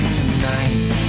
tonight